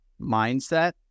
mindset